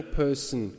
person